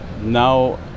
Now